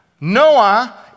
Noah